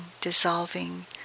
dissolving